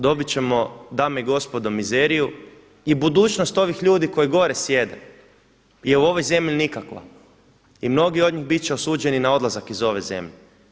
Dobit ćemo, dame i gospodo, mizeriju i budućnost ovih ljudi koji gore sjede je u ovoj zemlji nikakva i mnogi od njih bit će osuđeni na odlazak iz ove zemlje.